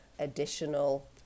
additional